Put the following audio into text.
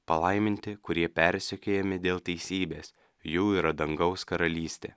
palaiminti kurie persekiojami dėl teisybės jų yra dangaus karalystė